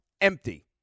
empty